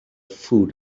food